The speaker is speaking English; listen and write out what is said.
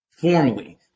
formally